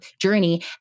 journey